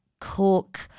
cook